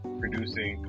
producing